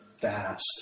fast